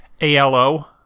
A-L-O